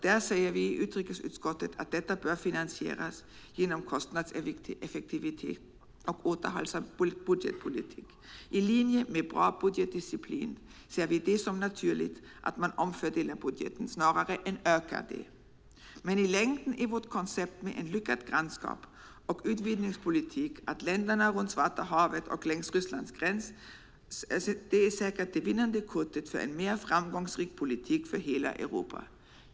Vi i utrikesutskottet säger att detta bör finansieras genom kostnadseffektivitet och en återhållsam budgetpolitik. I linje med bra budgetdisciplin ser vi det som naturligt att man omfördelar budgeten snarare än ökar den. Men i längden är vårt koncept med en lyckad grannskaps och utvidgningspolitik när det gäller länderna runt Svarta havet och längs Rysslands gräns säkert det vinnande kortet för en mer framgångsrik politik för hela Europa.